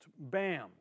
bam